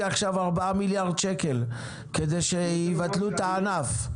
עכשיו ארבעה מיליארד שקל כדי שיבטלו את הענף,